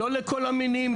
לא לכל המינים,